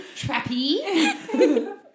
Trappy